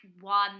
one